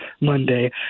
Monday